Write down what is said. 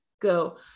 go